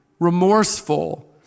remorseful